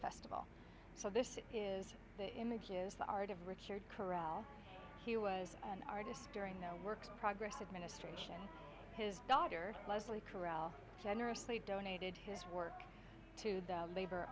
festival so this is the images art of richard corral he was an artist during the works progress administration his daughter leslie chorale generously donated his work to the labor